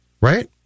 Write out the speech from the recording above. Right